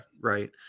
right